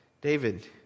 David